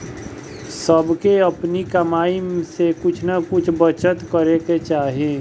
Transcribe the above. सबके अपनी कमाई में से कुछ नअ कुछ बचत करे के चाही